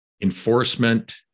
enforcement